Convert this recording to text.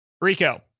Rico